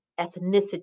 ethnicity